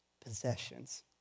possessions